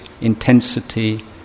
intensity